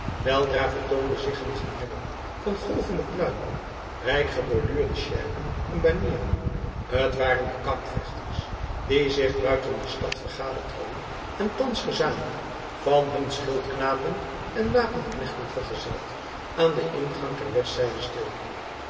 weldra vertoonde zich een gemengel van golvende pluimen rijk geborduurde sjerpen en banieren het waren de kampvechters die zich buiten de stad vergaderd hadden en thans gezamenlijk van hun schildknapen en wapenknechten vergezeld aan den ingang ter westzijde